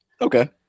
okay